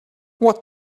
what